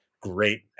great